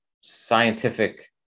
scientific